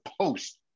post